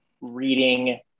reading